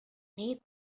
need